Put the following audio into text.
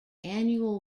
annual